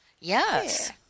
Yes